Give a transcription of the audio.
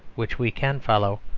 which we can follow,